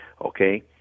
Okay